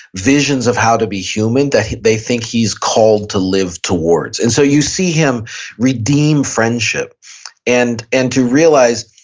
visions of how to be human that they think he's called to live towards and so you see him redeem friendship and and to realize,